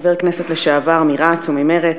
חבר הכנסת לשעבר מרצ וממרצ,